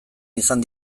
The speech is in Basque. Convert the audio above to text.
izan